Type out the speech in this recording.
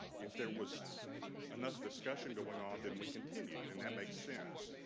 if there was enough discussion going on, then we continued, and that makes sense.